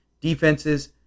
defenses